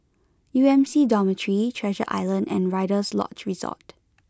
U M C Dormitory Treasure Island and Rider's Lodge Resort